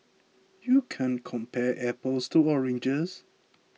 you can't compare apples to oranges